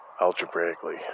algebraically